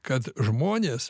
kad žmonės